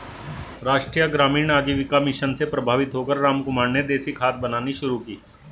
राष्ट्रीय ग्रामीण आजीविका मिशन से प्रभावित होकर रामकुमार ने देसी खाद बनानी शुरू की